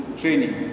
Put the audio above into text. training